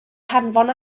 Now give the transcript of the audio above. hanfon